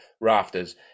rafters